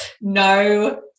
No